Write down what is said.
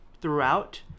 throughout